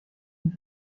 une